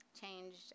changed